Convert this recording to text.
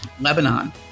Lebanon